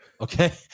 okay